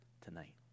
tonight